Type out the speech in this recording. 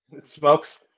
Smokes